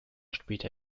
später